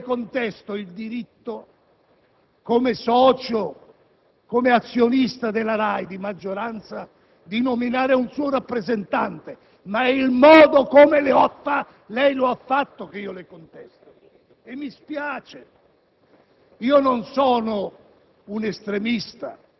perché sostituiva Petroni. Badi che non le contesto il diritto, come socio, come azionista di maggioranza della RAI di nominare un suo rappresentante, ma è il modo come lei lo ha fatto che le contesto.